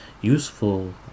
useful